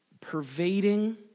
pervading